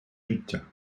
життя